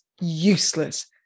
useless